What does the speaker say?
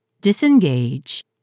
Disengage